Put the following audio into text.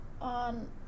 on